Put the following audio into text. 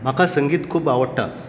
म्हाका संगीत खूब आवडटा